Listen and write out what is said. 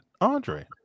Andre